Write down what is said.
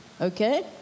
okay